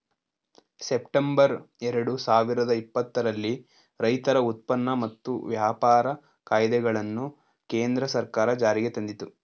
September ಎರಡು ಸಾವಿರದ ಇಪ್ಪತ್ತರಲ್ಲಿ ರೈತರ ಉತ್ಪನ್ನ ಮತ್ತು ವ್ಯಾಪಾರ ಕಾಯ್ದೆಗಳನ್ನು ಕೇಂದ್ರ ಸರ್ಕಾರ ಜಾರಿಗೆ ತಂದಿತು